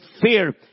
fear